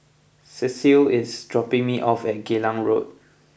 Cecile is dropping me off at Geylang Road